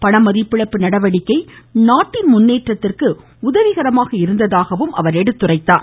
பணமதிப்பிழப்பு நடவடிக்கை நாட்டின் முன்னேற்றத்திற்கு உதவிகரமாக இருந்ததாகவும் அவர் எடுத்துரைத்தார்